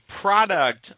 product